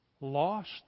Lost